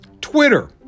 Twitter